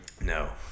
No